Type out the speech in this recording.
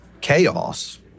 chaos